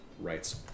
rights